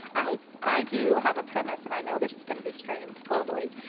i i do have a premise and i know this is gonna be strained globally.